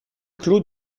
clos